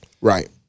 Right